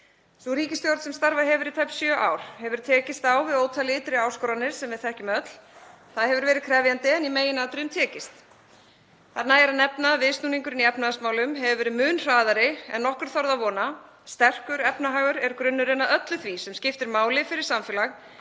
Sú ríkisstjórn sem starfað hefur í tæp sjö ár hefur tekist á við ótal ytri áskoranir sem við þekkjum öll. Það hefur verið krefjandi en í meginatriðum tekist. Þar nægir að nefna að viðsnúningurinn í efnahagsmálum hefur verið mun hraðari en nokkur þorði að vona. Sterkur efnahagur er grunnurinn að öllu því sem skiptir máli fyrir samfélag